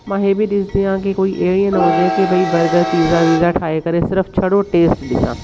मां हीअ बि ॾिसंदी आहियां की कोई ए न हुजे के भई बर्गर पिज़्जा विज़्ज़ा ठाहे करे सिरफ़ छड़ो टेस्ट ॾिसा